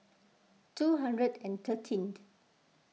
two hundred and thirteen